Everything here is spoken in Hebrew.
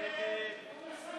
ההצעה